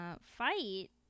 fight